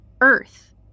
earth